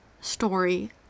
story